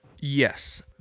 Yes